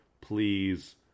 please